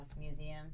Museum